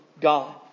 God